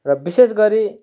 र विशेष गरी